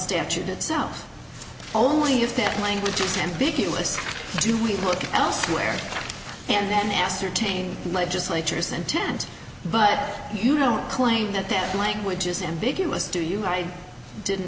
statute itself only if that language is big deal with do we look elsewhere and then ascertain legislatures intent but you don't claim that that language is ambiguous to you i didn't